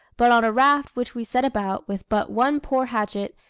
but on a raft, which we set about, with but one poor hatchet,